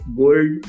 gold